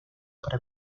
para